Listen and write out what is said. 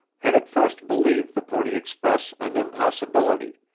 had at first believed the pony express an impossibility,